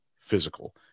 Physical